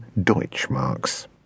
Deutschmarks